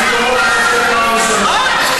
אני קורא אותך לסדר פעם ראשונה.